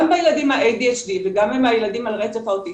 בילדים ה-ADHD וגם עם הילדים על רצף האוטיסטי,